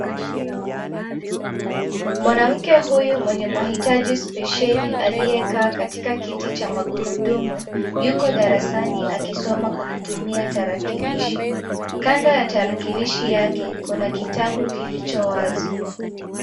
Mwanamke huyu mwenye mahitaji spesheli aliyekaa katika kiti cha magurudumu yuko darasani akisoma kwa kutumia tarakilishi. Kando ya tarakilishi yake kuna kitabu kilicho wazi.